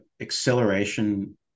acceleration